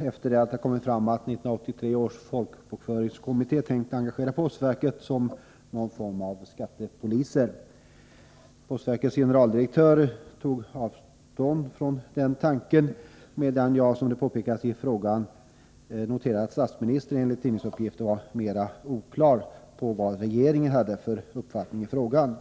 efter det att det kommit fram att 1983 års folkbokföringskommitté tänkt att postverket skulle engageras som ett slags skattepolis. Postverkets generaldirektör tog avstånd från den tanken, medan jag, som det påpekas i min fråga, noterade att statsministern enligt tidningsuppgifter var mera oklar vad gäller regeringens uppfattning i frågan.